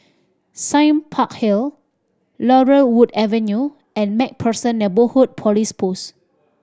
Sime Park Hill Laurel Wood Avenue and Macpherson Neighbourhood Police Post